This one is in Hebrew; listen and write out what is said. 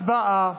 הצבעה.